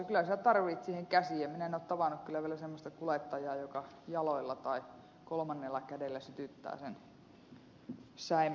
minä en ole tavannut kyllä vielä semmoista kuljettajaa joka jaloilla tai kolmannella kädellä sytyttää sen säimänsä siinä